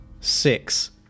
Six